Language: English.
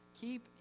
Keep